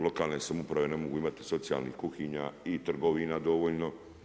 Lokalne samouprave ne mogu imati socijalnih kuhinja i trgovina dovoljno.